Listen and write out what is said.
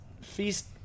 feast